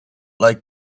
like